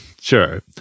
sure